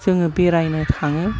जोङो बेरायनो थाङो